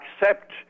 accept